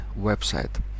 website